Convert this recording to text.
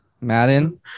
Madden